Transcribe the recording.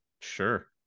sure